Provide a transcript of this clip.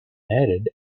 added